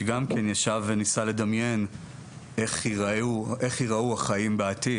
שגם כן ישב וניסה לדמיין איך ייראו החיים בעתיד.